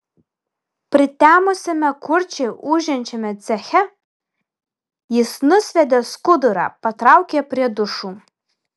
pritemusiame kurčiai ūžiančiame ceche jis nusviedė skudurą patraukė prie dušų